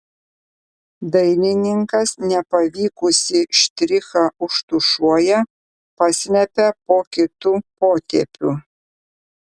dailininkas nepavykusį štrichą užtušuoja paslepia po kitu potėpiu